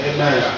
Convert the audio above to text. Amen